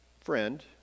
friend